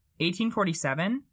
1847